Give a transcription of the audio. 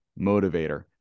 motivator